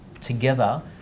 together